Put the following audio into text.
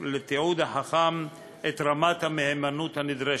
לתיעוד החכם את רמת המהימנות הנדרשת.